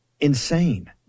insane